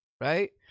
right